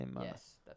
Yes